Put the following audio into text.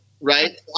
right